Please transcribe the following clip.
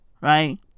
Right